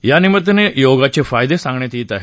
यानिमित्ताने योगाचे फायदे सांगण्यात येत आहेत